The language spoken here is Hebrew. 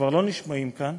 הן כבר לא נשמעות כאן,